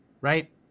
right